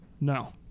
No